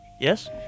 Yes